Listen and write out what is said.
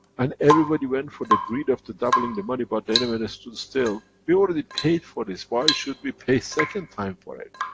and everybody went for the greed of the doubling the money, but they never stood still. we already paid for this, why should we pay second time for it?